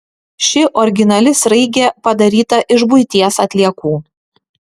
ši originali sraigė padaryta iš buities atliekų